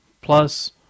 Plus